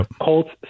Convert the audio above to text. Colts